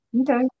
Okay